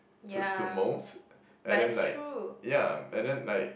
to to most and then like ya and then like